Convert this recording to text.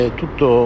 tutto